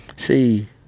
See